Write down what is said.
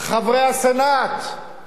חברי הסנאט,